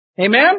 Amen